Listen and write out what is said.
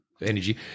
energy